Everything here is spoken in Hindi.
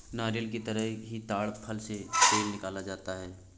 नारियल की तरह ही ताङ फल से तेल निकाला जाता है